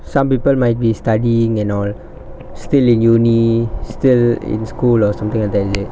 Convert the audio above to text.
some people might be studying and all still in university still in school or something like that is it